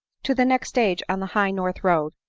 to the next stage on the high north road.